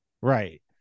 Right